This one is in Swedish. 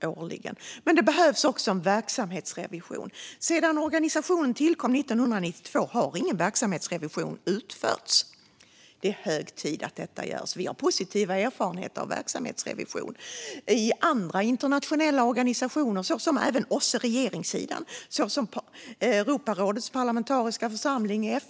Men det behövs också en verksamhetsrevision. Sedan organisationen tillkom 1992 har ingen verksamhetsrevision utförts. Det är hög tid att detta görs. Vi har positiva erfarenheter av verksamhetsrevision i andra internationella organisationer såsom även regeringssidan av OSSE och Europarådets parlamentariska församling i FN.